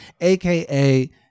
aka